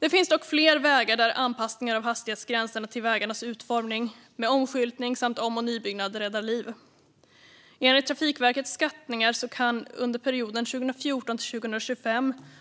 Det finns dock fler vägar där anpassningar av hastighetsgränserna till vägarnas utformning, med omskyltning samt om och nybyggnad, räddar liv. Enligt Trafikverkets skattningar kan